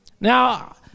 Now